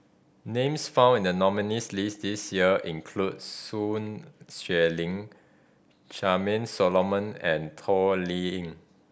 names found in the nominees' list this year include Sun Xueling Charmaine Solomon and Toh Liying